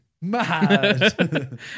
Mad